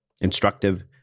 instructive